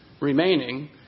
remaining